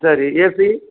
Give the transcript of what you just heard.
சரி ஏசி